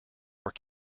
where